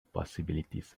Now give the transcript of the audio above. possibilities